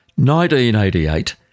1988